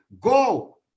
go